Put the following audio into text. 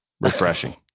refreshing